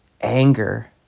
anger